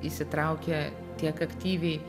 įsitraukia tiek aktyviai